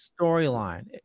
storyline